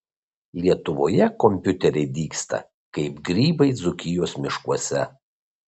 lietuvoje kompiuteriai dygsta kaip grybai dzūkijos miškuose